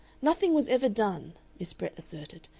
nothing was ever done, miss brett asserted,